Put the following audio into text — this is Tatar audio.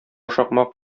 шакмак